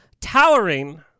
Towering